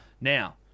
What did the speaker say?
Now